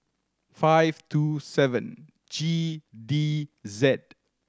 five two seven G D Z